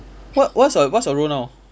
what what's your what's your role now